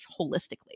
holistically